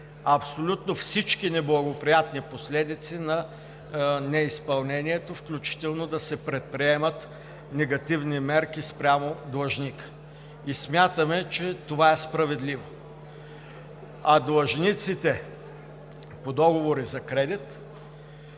абсолютно всички неблагоприятни последици на неизпълнението, включително да се предприемат негативни мерки спрямо длъжника, и смятаме, че това е справедливо. А длъжниците по договори за кредит